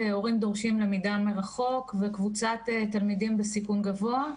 "הורים דורשים למידה מרחוק" וקבוצת "תלמידים בסיכון גבוה".